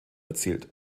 erzielt